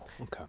Okay